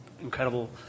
incredible